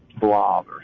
blob